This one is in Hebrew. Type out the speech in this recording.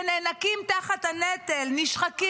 שנאנקים תחת הנטל -- נהרגים